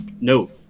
No